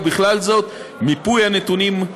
ובכלל זאת מיפוי הנתונים,